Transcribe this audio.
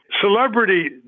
celebrity